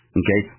okay